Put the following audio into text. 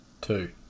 two